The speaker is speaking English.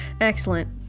Excellent